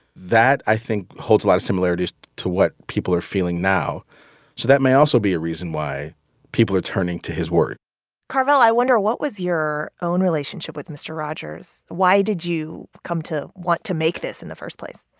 that, i think, holds a lot of similarities to what people are feeling now. so that may also be a reason why people are turning to his word carvell, i wonder, what was your own relationship with mister rogers? why did you come to want to make this in the first place?